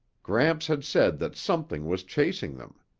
gramps had said that something was chasing them.